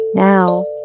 Now